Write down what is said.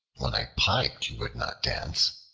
when i piped you would not dance,